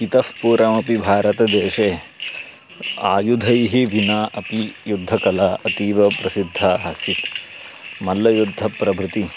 इतः पूर्वमपि भारतदेशे आयुधैः विना अपि युद्धकला अतीव प्रसिद्धा आसीत् मल्लयुद्धप्रभृतिः